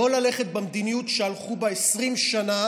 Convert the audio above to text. לא ללכת במדיניות שהלכו בה 20 שנה